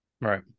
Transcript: Right